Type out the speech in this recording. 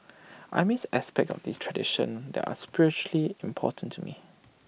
I missed aspects of these traditions that are spiritually important to me